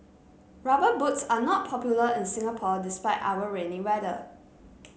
rubber boots are not popular in Singapore despite our rainy weather